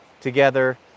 together